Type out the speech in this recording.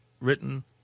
written